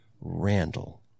Randall